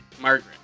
Margaret